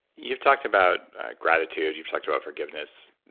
you've talked about gratitude, you've talked about forgiveness,